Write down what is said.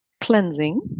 cleansing